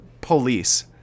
police